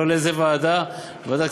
לאיזו ועדה זה